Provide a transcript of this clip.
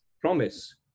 promise